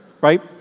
right